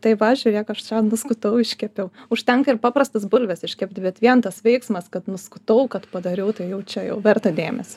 tai va žiūrėk aš čia nuskutau iškepiau užtenka ir paprastas bulves iškept bet vien tas veiksmas kad nuskutau kad padariau tai jau čia jau verta dėmesio